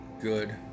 good